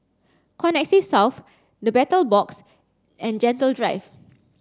Connexis South The Battle Box and Gentle Drive